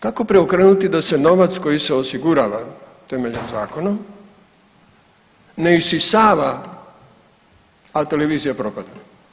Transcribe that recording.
Kako preokrenuti da se novac koji se osigurava temeljem zakona ne isisava, a televizija propada?